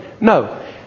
No